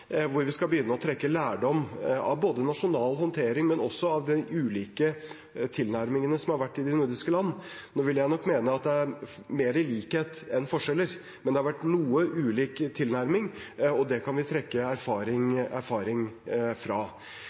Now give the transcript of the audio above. hvor vi skal begynne å trekke lærdom både av nasjonal håndtering og også av de ulike tilnærmingene som har vært i de nordiske land. Nå vil jeg nok mene at det er mer likhet enn forskjeller, men det har vært noe ulik tilnærming, og det kan vi trekke erfaring fra.